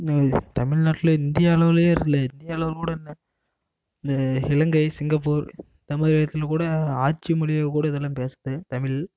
தமிழ்நாட்லே India அளவுலேயே இல்லை India அளவில் கூட இல்லை இந்த இலங்கை சிங்கப்பூர் இந்த மாதிரி இடத்தில் கூட ஆட்சி மொழியாக கூட இதெல்லாம் பேசுது தமிழ்